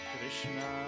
Krishna